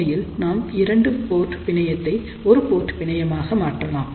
உண்மையில் நாம் 2 போர்ட் பிணையத்தை ஒரு போர்ட் பிணையமாக மாற்றலாம்